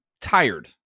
tired